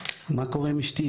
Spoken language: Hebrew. מה קורה עם אשתי?